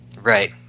Right